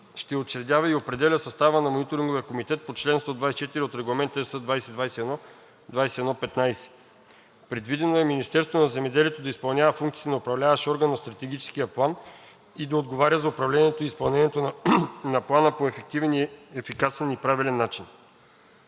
ще учредява и определя състава на мониторинговия комитет по чл. 124 от Регламент (ЕС) 2021/2115. Предвидено е Министерството на земеделието да изпълнява функциите на Управляващ орган на Стратегическия план и да отговаря за управлението и изпълнението на плана по ефективен, ефикасен и правилен начин.